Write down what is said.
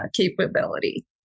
capability